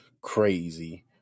crazy